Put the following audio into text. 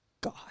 god